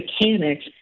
mechanics